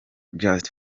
just